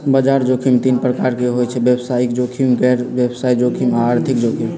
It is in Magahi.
बजार जोखिम तीन प्रकार के होइ छइ व्यवसायिक जोखिम, गैर व्यवसाय जोखिम आऽ आर्थिक जोखिम